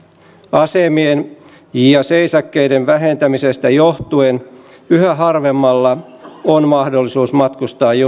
asemien ja seisakkeiden vähentämisestä johtuen yhä harvemmalla on mahdollisuus matkustaa